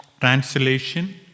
Translation